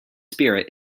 spirit